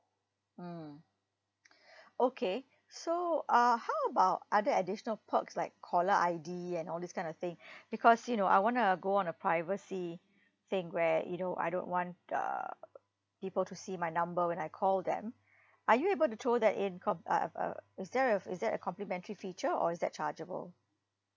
mm okay so uh how about other additional perks like caller I_D and all this kind of thing because you know I want to go on a privacy thing where you know I don't want uh people to see my number when I call them are you able to throw that in comp~ uh uh is that a is that a complimentary feature or is that chargeable